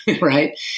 right